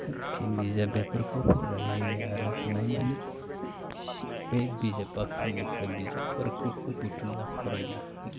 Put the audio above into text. बिजाब बेफोरखौ फरायो आरो हानायमानि बे बिजाब बाख्रिनिफ्राय बिजाबफोरखौ बुथुमनानै फरायना